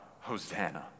Hosanna